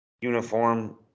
uniform